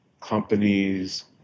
companies